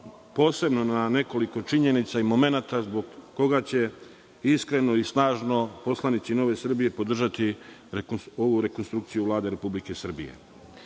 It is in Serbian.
posebno na nekoliko činjenica i momenata zbog kojih će iskreno i snažno poslanici NS podržati ovu rekonstrukciju Vlade Republike Srbije. Čini